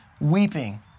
weeping